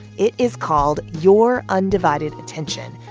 it is called your undivided attention,